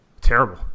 Terrible